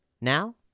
Now